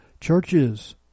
churches